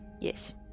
Yes